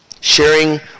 Sharing